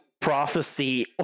prophecy